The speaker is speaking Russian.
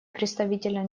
представителя